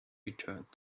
returned